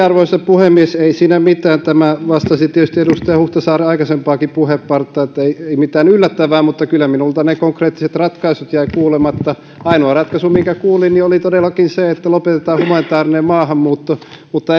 arvoisa puhemies ei siinä mitään tämä vastasi tietysti edustaja huhtasaaren aikaisempaakin puheenpartta niin että ei mitään yllättävää mutta kyllä minulta ne konkreettiset ratkaisut jäi kuulematta ainoa ratkaisu minkä kuulin oli todellakin se että lopetetaan humanitäärinen maahanmuutto mutta